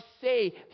say